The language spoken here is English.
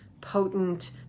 potent